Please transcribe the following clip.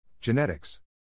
Genetics